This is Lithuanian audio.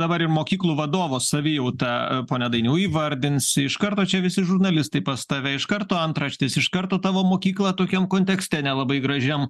dabar ir mokyklų vadovo savijautą pone dainiau įvardinsi iš karto čia visi žurnalistai pas tave iš karto antraštės iš karto tavo mokykla tokiam kontekste nelabai gražiam